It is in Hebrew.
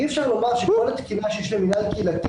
אי אפשר שכל התקינה שיש למינהל קהילתי